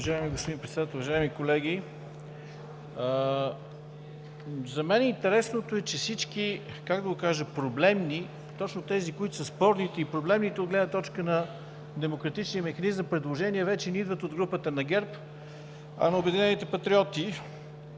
Уважаеми господин Председател, уважаеми колеги! За мен интересното е, че всички – как да го кажа – проблемни, точно тези, които са спорните и проблемните, от гледна точка на демократичния механизъм предложения, вече не идват от групата на ГЕРБ, а на Обединените патриоти,